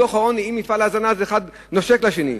דוח העוני ומפעל ההזנה, אחד נושק לשני.